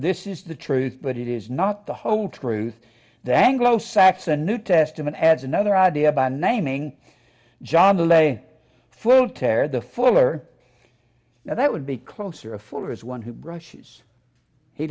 this is the truth but it is not the whole truth that anglo saxon new testament adds another idea by naming john the lay full tear the fuller now that would be closer a fuller is one who brushes he